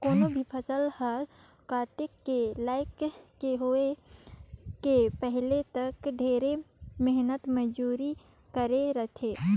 कोनो भी फसल हर काटे के लइक के होए के पहिले तक ढेरे मेहनत मंजूरी करे रथे